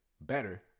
better